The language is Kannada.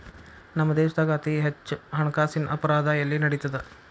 ನಮ್ಮ ದೇಶ್ದಾಗ ಅತೇ ಹೆಚ್ಚ ಹಣ್ಕಾಸಿನ್ ಅಪರಾಧಾ ಎಲ್ಲಿ ನಡಿತದ?